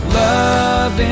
love